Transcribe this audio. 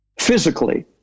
physically